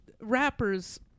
rappers